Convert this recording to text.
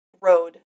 road